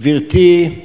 גברתי,